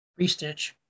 Restitch